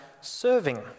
serving